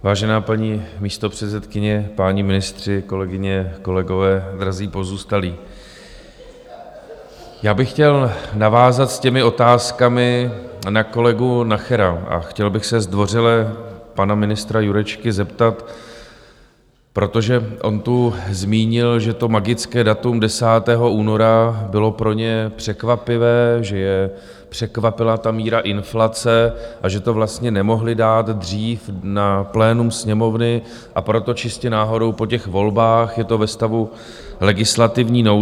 Vážená paní místopředsedkyně, páni ministři, kolegyně, kolegové, drazí pozůstalí, já bych chtěl navázat těmi otázkami na kolegu Nachera a chtěl bych se zdvořile pana ministra Jurečky zeptat, protože on tu zmínil, že to magické datum 10. února bylo pro ně překvapivé, že je překvapila ta míra inflace a že to vlastně nemohli dát dřív na plénum Sněmovny, a proto čistě náhodou po těch volbách je to ve stavu legislativní nouze.